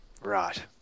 Right